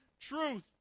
truth